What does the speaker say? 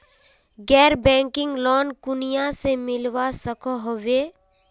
गैर banking loan कुनियाँ से मिलवा सकोहो होबे?